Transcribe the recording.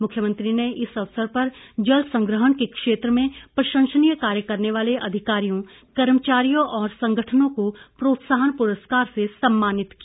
मुख्यमंत्री ने इस अवसर पर जल संग्रहण के क्षेत्र में प्रशंसनीय कार्य करने वाले अधिकारियों कर्मचारियों और संगठनों को प्रोत्साहन पुरस्कार से सम्मानित किया